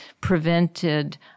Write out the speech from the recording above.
prevented